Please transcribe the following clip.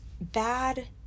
bad